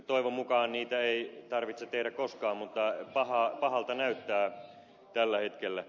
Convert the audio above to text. toivon mukaan niitä ei tarvitse tehdä koskaan mutta pahalta näyttää tällä hetkellä